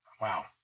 wow